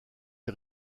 les